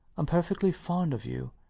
i'm perfectly fond of you,